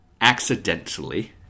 accidentally